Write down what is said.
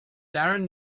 darren